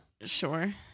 Sure